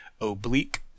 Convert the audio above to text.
oblique